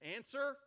Answer